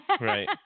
Right